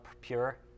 pure